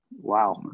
wow